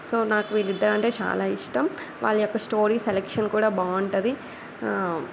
so నాకు వీళ్ళిద్దరు అంటే చాలా ఇష్టం వాళ్ళ యొక్క స్టోరీ సెలక్షన్ కూడా బాగుంటుంది